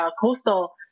coastal